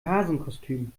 hasenkostüm